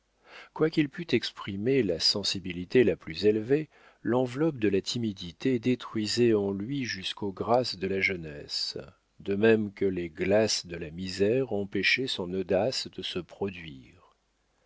quoiqu'il pût exprimer la sensibilité la plus élevée l'enveloppe de la timidité détruisait en lui jusqu'aux grâces de la jeunesse de même que les glaces de la misère empêchaient son audace de se produire